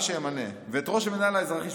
מי שימנה אותו ואת ראש המינהל האזרחי,